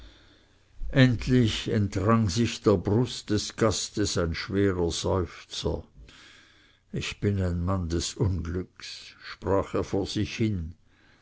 endlich entrang sich der brust des gastes ein schwerer seufzer ich bin ein mann des unglücks sprach er vor sich hin